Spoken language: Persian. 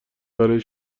برای